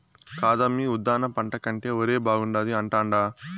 కాదమ్మీ ఉద్దాన పంట కంటే ఒరే బాగుండాది అంటాండా